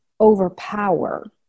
overpower